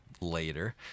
later